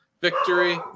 victory